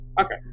Okay